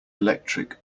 electric